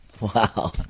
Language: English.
Wow